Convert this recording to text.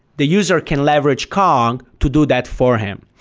the user can leverage kong to do that for him.